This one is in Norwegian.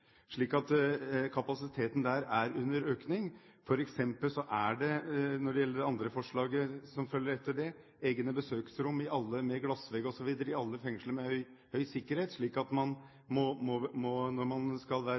kapasiteten der økes. Når det gjelder det neste forslaget, er det egne besøksrom med glassvegg etc. i alle fengsler med høy sikkerhet. Når man skal legge fram forslag i Stortinget, må man være